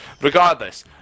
Regardless